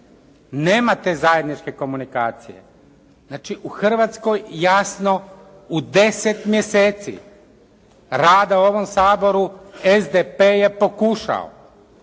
Nema te zajedničke komunikacije. Znači, u Hrvatskoj jasno u 10 mjeseci rada u ovom Saboru SDP je pokušao